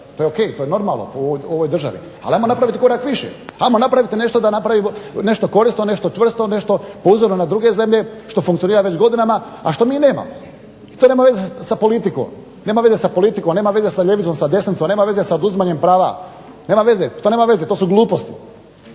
to je ok i to je normalno u ovoj državi. Ali, ajmo napraviti korak više. Ajmo napraviti nešto da napravimo nešto korisno, nešto čvrsto, nešto po uzoru na druge zemlje što funkcionira već godinama, a što mi nemamo. I to nema veze sa politikom. Nema veze sa politikom, nema veze sa ljevicom, sa desnicom, nema veze sa oduzimanjem prava. To nema veze, to su gluposti.